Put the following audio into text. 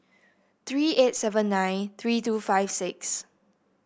three eight seven nine three two five six